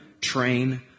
train